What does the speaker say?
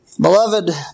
Beloved